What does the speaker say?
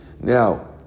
Now